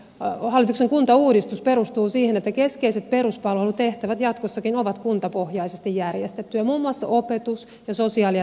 koko hallituksen kuntauudistus perustuu siihen että keskeiset peruspalvelutehtävät jatkossakin ovat kuntapohjaisesti järjestettyjä muun muassa opetus ja sosiaali ja terveydenhuolto